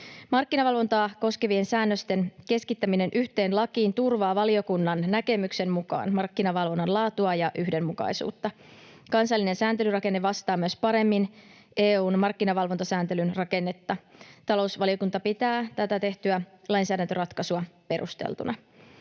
Markkinavalvontaa koskevien säännösten keskittäminen yhteen lakiin turvaa valiokunnan näkemyksen mukaan markkinavalvonnan laatua ja yhdenmukaisuutta. Kansallinen sääntelyrakenne vastaa myös paremmin EU:n markkinavalvontasääntelyn rakennetta. Talousvaliokunta pitää tätä tehtyä lainsäädäntöratkaisua perusteltuna.